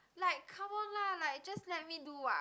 like cover lah like just let me do ah